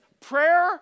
Prayer